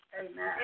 Amen